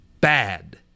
Bad